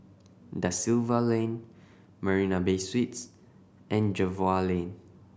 Da Silva Lane Marina Bay Suites and Jervois Lane